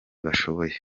bashoboye